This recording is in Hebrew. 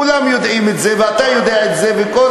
כולם יודעים את זה ואתה יודע את זה וכל